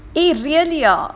eh really ah